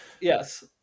Yes